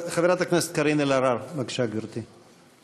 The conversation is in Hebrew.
חברת הכנסת קארין אלהרר, בבקשה, גברתי.